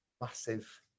massive